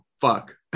fuck